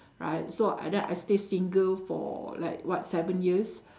right so I that I I stayed single for like what seven years